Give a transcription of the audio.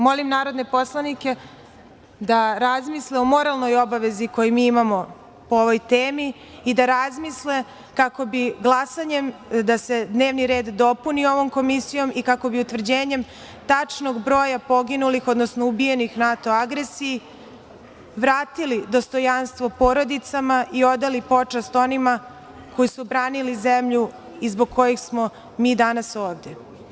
Molim narodne poslanike da razmisle o moralnoj obavezi koju imamo po ovoj temi i da razmisle kako bi glasanjem se dnevni red dopunio ovom komisijom i kako bi utvrđenjem tačnog broja poginulih, odnosno ubijenih u NATO agresiji, vratili dostojanstvo porodicama i odali počast onima koji su branili zemlju i zbog kojih smo mi danas ovde.